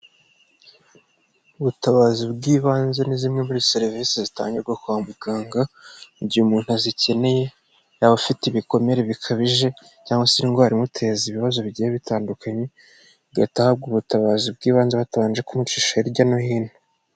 Ubutabazi bw'ibanze ni zimwe muri serivisi zitangirwa kwa muganga, mu gihe umuntu azikeneye, yaba afite ibikomere bikabije cyangwa se indwara imuteza ibibazo bigiye bitandukanye, igahita ahabwa ubutabazi bw'ibanze, batabanje kumucisha hirya no hino.